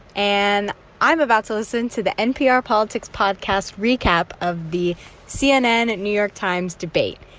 and i'm about to listen to the npr politics podcast recap of the cnn new york times debate.